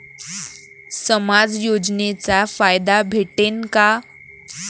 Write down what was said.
समाज योजनेचा फायदा भेटन का?